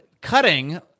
cutting